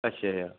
अच्छा अच्छा